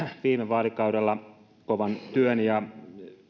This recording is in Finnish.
viime vaalikaudella kovan työn ja